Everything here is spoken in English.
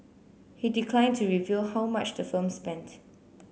he declined to reveal how much the firm spent